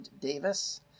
Davis